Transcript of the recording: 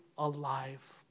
alive